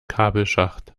kabelschacht